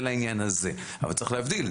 זה לעניין הזה, אבל צריך להבדיל.